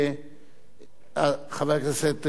חבר הכנסת דורון,